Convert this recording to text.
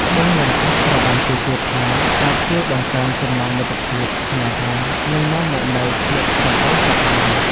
ត្បូងមរកតត្រូវបានគេជឿថាអាចជួយបង្កើនចំណងមិត្តភាព ស្នេហា និងនាំមកនូវភាពសម្បូរសប្បាយ។